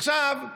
עכשיו,